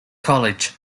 college